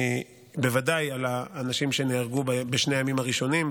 בוודאי על האנשים שנהרגו בשני הימים הראשונים,